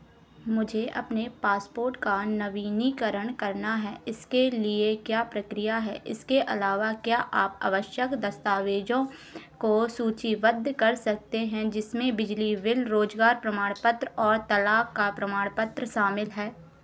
मुझे अपने पासपोर्ट का नवीनीकरण करना है इसके लिए क्या प्रक्रिया है इसके अलावा क्या आप आवश्यक दस्तावेज़ों को सूचीबद्ध कर सकते हैं जिसमें बिजली विल रोजगार प्रमाणपत्र और तलाक का प्रमाणपत्र शामिल है